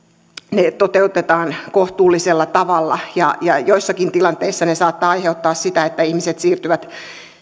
ne toteutetaan kohtuullisella tavalla ja ja joissakin tilanteissa ne saattavat aiheuttaa sitä että ihmiset siirtyvät